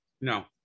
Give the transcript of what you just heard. No